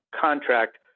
contract